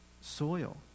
Soil